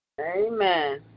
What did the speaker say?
Amen